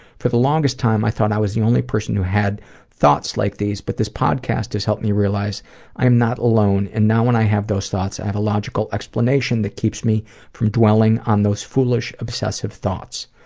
for the longest time, i thought i was the only person who had thoughts like these, but this podcast has helped me realize i'm not alone. and now when i have those thoughts, i have a logical explanation that keeps me from dwelling on those foolish, obsessive thoughts.